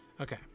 Okay